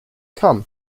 come